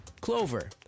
Clover